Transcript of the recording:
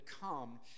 come